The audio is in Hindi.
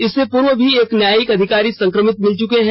इससे पूर्व भी एक न्यायिक अधिकारी संक्रमित मिल चुके हैं